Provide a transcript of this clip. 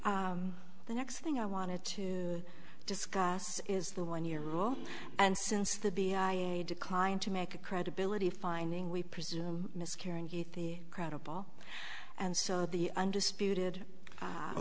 the next thing i wanted to discuss is the one year rule and since the b i declined to make a credibility finding we presume miscarrying heathy credible and so the undisputed